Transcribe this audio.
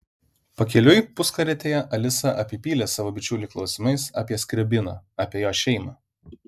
pakeliui puskarietėje alisa apipylė savo bičiulį klausimais apie skriabiną apie jo šeimą